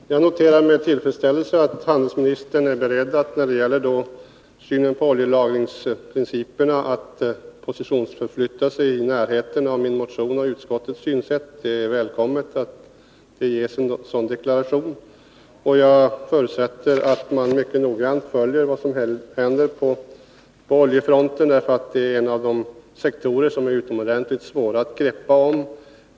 Herr talman! Jag noterar med tillfredsställelse att handelsministern när det gäller synen på oljelagringsprinciperna är beredd att positionsförflytta sig till i närheten av min motions och utskottets synsätt. Det är välkommet med en sådan deklaration. Jag förutsätter att man mycket noggrant följer vad som händer på oljefronten. Detta är en av de sektorer som det är utomordentligt svårt att greppa om.